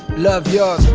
love yourz.